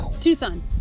Tucson